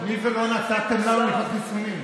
מי זה "לא נתתם לנו לקנות חיסונים"?